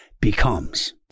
becomes